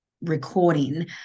recording